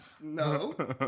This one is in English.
No